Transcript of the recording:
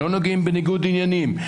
לא נוגעים בניגוד עניינים,